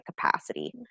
capacity